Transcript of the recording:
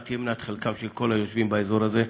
תהיה מנת חלקם של כל היושבים באזור הזה.